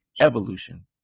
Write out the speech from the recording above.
evolution